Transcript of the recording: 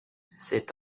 cet